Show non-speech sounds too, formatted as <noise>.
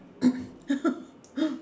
<coughs> <laughs>